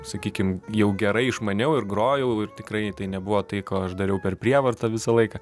sakykim jau gerai išmaniau ir grojau ir tikrai tai nebuvo tai ką aš dariau per prievartą visą laiką